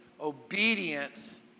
obedience